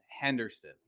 Henderson